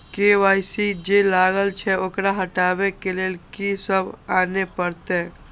KYC जे लागल छै ओकरा हटाबै के लैल की सब आने परतै?